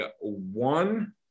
one